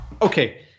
Okay